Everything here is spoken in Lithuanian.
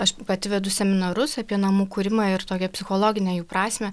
aš pati vedu seminarus apie namų kūrimą ir tokią psichologinę jų prasmę